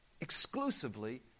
exclusively